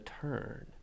turn